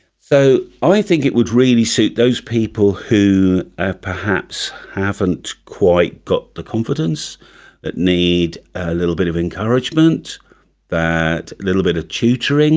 so i think it would really suit those people who are perhaps haven't quite got the confidence need a little bit of encouragement little bit of tutoring